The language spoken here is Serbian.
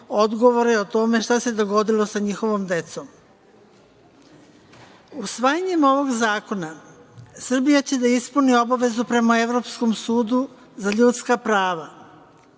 odgovore o tome šta se dogodilo sa njihovom decom. Usvajanjem ovog zakona Srbija će da ispuni obavezu prema Evropskom sudu za ljudska prava